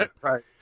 Right